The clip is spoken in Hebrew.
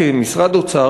כמשרד אוצר,